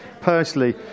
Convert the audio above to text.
personally